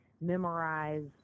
memorize